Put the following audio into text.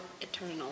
eternal